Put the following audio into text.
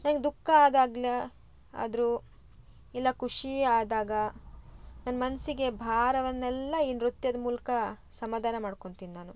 ನನಗೆ ದುಃಖ ಆದಾಗ್ಲೂ ಆದರೂ ಇಲ್ಲ ಖುಷೀ ಆದಾಗ ನನ್ನ ಮನಸ್ಸಿಗೆ ಭಾರವನ್ನೆಲ್ಲ ಈ ನೃತ್ಯದ ಮೂಲಕ ಸಮಾಧಾನ ಮಾಡ್ಕೊತಿನ್ ನಾನು